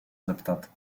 zeptat